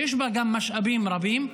שיש בה משאבים רבים,